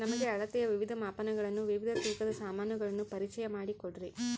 ನಮಗೆ ಅಳತೆಯ ವಿವಿಧ ಮಾಪನಗಳನ್ನು ವಿವಿಧ ತೂಕದ ಸಾಮಾನುಗಳನ್ನು ಪರಿಚಯ ಮಾಡಿಕೊಡ್ರಿ?